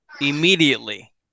immediately